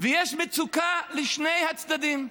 ויש מצוקה בשני הצדדים.